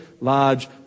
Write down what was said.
large